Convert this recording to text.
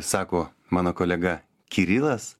sako mano kolega kirilas